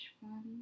one